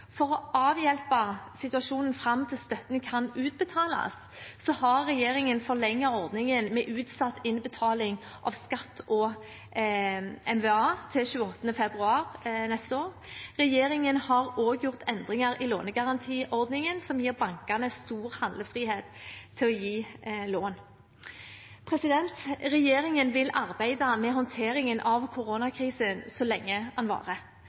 For å avhjelpe situasjonen fram til støtten kan utbetales, har regjeringen forlenget ordningen med utsatt innbetaling av skatt og mva. til 28. februar neste år. Regjeringen har også gjort endringer i lånegarantiordningen som gir bankene stor handlefrihet til å gi lån. Regjeringen vil arbeide med håndteringen av koronakrisen så lenge den varer.